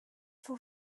for